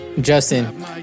Justin